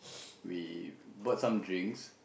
we bought some drinks